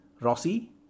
Rossi